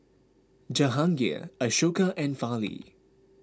Jahangir Ashoka and Fali